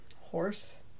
Horse